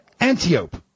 Antiope